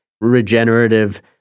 regenerative